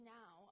now